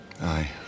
Aye